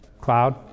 Cloud